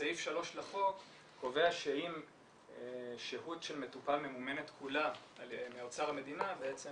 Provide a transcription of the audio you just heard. וסעיף 3 לחוק קובע שאם שהות של מטופל ממומנת כולה מאוצר המדינה בעצם